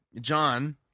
John